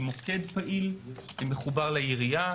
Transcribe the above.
עם מוקד פעיל שמחובר לעירייה,